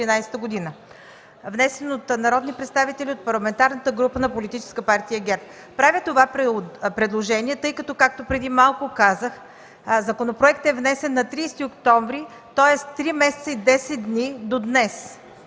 внесен от народни представители от Парламентарната група на Политическа партия ГЕРБ. Правя това предложение, тъй като, преди малко казах, че законопроектът е внесен на 30 октомври, тоест три месеца и десет 10 дни до днес.